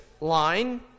line